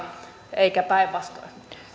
eikä päinvastoin